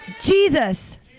Jesus